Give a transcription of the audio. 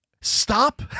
stop